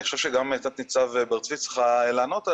חושב שגם תת ניצב בר צבי צריכה לענות עליו,